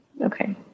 Okay